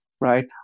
right